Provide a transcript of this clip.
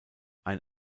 ein